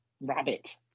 rabbit